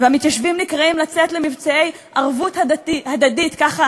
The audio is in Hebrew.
והמתיישבים נקראים לצאת למבצעי "ערבות הדדית" ככה